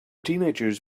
teenagers